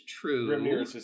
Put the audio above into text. true